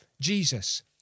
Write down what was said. Jesus